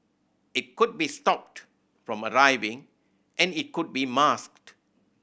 it could be stopped from arriving and it could be masked